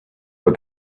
but